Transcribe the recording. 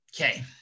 Okay